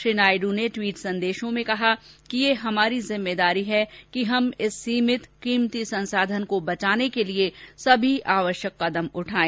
श्री नायडू ने ट्वीट संदेशों में कहा कि यह हमारी जिम्मेदारी है कि हम इस सीमित कीमती संसाधन को बचाने के लिए सभी आवश्यक कदम उठाएं